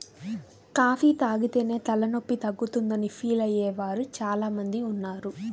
coffee తాగితేనే తలనొప్పి తగ్గుతుందని ఫీల్ అయ్యే వారు చాలా మంది ఉన్నారు